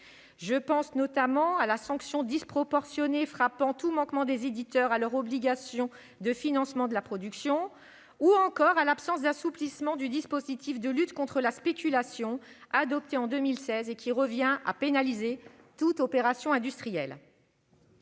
Je pense notamment à la sanction disproportionnée frappant tout manquement des éditeurs à leur obligation de financement de la production, ou encore à l'absence d'assouplissement du dispositif de lutte contre la spéculation, qui a été adopté en 2016 et qui revient à pénaliser toute opération industrielle.